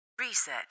Reset